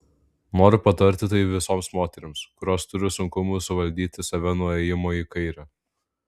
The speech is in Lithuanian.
noriu patarti tai visoms moterims kurios turi sunkumų suvaldyti save nuo ėjimo į kairę